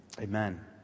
amen